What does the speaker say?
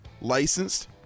licensed